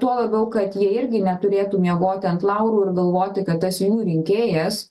tuo labiau kad jie irgi neturėtų miegoti ant laurų ir galvoti kad tas jų rinkėjas